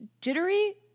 Jittery